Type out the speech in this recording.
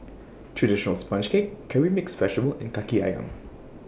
Traditional Sponge Cake Curry Mixed Vegetable and Kaki Ayam